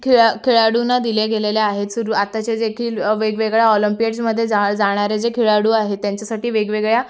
खेळा खेळाडूंना दिल्या गेलेल्या आहेत सुरु आत्ताच्या देखील वेगवेगळ्या ऑलंपियाड्समध्ये जा जाणारे जे खेळाडू आहेत त्यांच्यासाठी वेगवेगळ्या